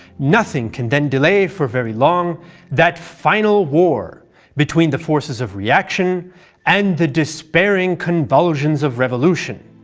nothing can then delay for very long that final war between the forces of reaction and the despairing convulsions of revolution,